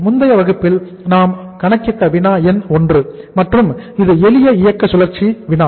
முந்தைய வகுப்பில் நாம் கணக்கிட்ட வினா எண் 1 மற்றும் இது எளிய இயக்க சுழற்சியின் வினா